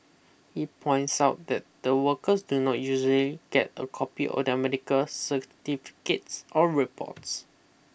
he points out that the workers do not usually get a copy or certificates or reports